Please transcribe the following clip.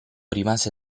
rimase